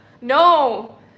No